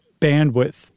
bandwidth